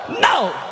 No